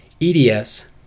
EDS